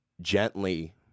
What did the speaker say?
gently